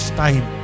time